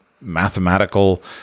mathematical